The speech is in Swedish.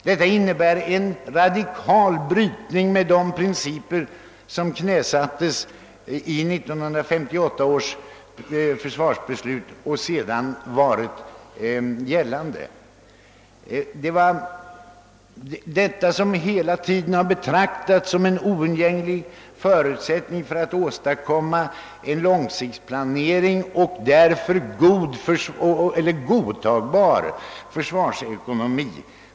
Detta innebär en radikal brytning med de principer som knäsattes i 1958 års försvarsbeslut och som sedan varit gällande, en oundgänglig förutsättning för att åstadkomma långtidsplanering och därmed godtagbar försvarsekonomi.